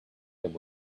there